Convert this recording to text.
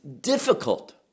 difficult